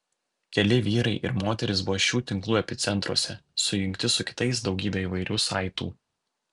keli vyrai ir moterys buvo šių tinklų epicentruose sujungti su kitais daugybe įvairių saitų